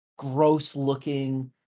Gross-looking